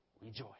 rejoice